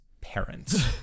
parents